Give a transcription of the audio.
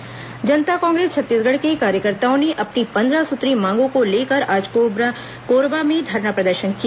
संक्षिप्त समाचार जनता कांग्रेस छत्तीसगढ़ के कार्यकर्ताओं ने अपनी पंद्रह सूत्रीय मांगों को लेकर आज कोरबा में धरना प्रदर्शन किया